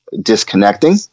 disconnecting